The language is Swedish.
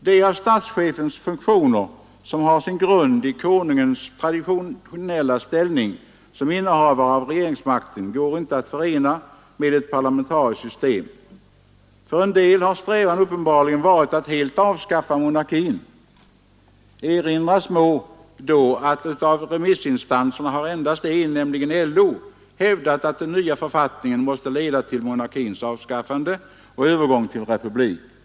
De av statschefens funktioner som har sin grund i Konungens = Nr 111 traditionella ställning ASG innehavare V tegeringsmakten går inte att Tisdagen den förena med ett parlamentariskt system. För en del har strävan uppenbar 5 juni 1973 ligen varit att helt avskaffa monarkin. Det må då erinras om att av ha 2 — remissinstanserna har endast en, nämligen LO, hävdat att den nya Ny regeringsform och ny riksdags författningen måste leda till monarkins avskaffande och övergång till ordning m.m. republik.